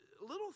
Little